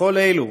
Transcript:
לכל אלו